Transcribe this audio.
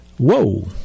Whoa